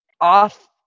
off